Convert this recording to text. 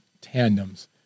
tandems